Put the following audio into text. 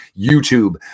YouTube